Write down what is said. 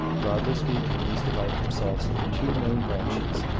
broadly speaking, these divide themselves into two main branches,